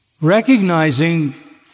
recognizing